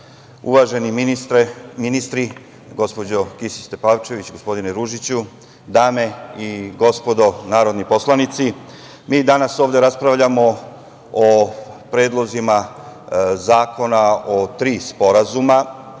ministri, gospođo Kisić Tepavčević, gospodine Ružiću, dame i gospodo narodni poslanici, mi danas ovde raspravljamo o predlozima zakona o tri sporazuma,